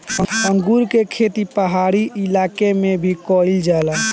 अंगूर के खेती पहाड़ी इलाका में भी कईल जाला